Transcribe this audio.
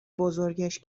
بزرگش